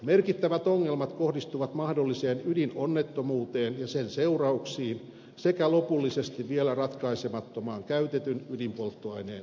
merkittävät ongelmat kohdistuvat mahdolliseen ydinonnettomuuteen ja sen seurauksiin sekä lopullisesti vielä ratkaisemattomaan käytetyn ydinpolttoaineen loppusijoittamiseen